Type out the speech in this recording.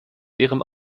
ihrem